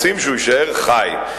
רוצים שהוא יישאר חי,